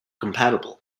compatible